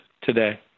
today